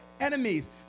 enemies